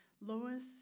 Lois